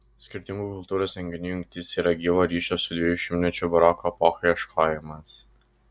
skirtingų kultūros renginių jungtys yra gyvo ryšio su dviejų šimtmečių baroko epocha ieškojimas